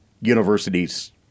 universities